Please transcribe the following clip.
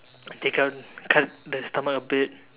take out cut the stomach a bit